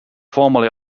formerly